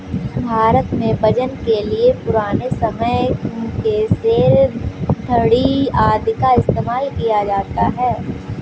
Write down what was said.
भारत में वजन के लिए पुराने समय के सेर, धडी़ आदि का इस्तेमाल किया जाता था